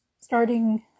starting